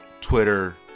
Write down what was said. Twitter